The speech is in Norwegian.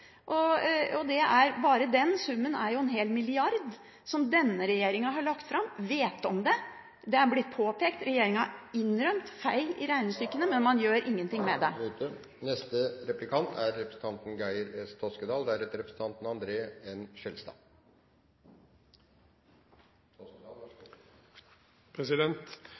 Bare den summen er jo en hel milliard, som denne regjeringen har lagt fram og vet om. Det er blitt påpekt. Regjeringen har innrømmet feil i regnestykket, men man gjør ingenting med det. Det er nettopp i kommuneproposisjonen vi er